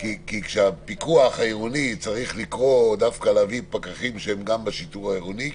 כשהפיקוח העירוני צריך לקרוא דווקא נגיד פקחים שהם גם בשיטור העירוני,